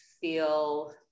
feel